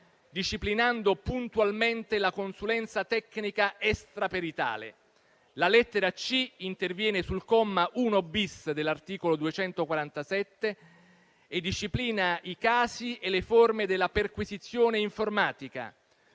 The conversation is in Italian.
disciplinando puntualmente la consulenza tecnica extraperitale. La lettera *c*) interviene sul comma 1-*bis* dell'articolo 247 e disciplina i casi e le forme della perquisizione informatica,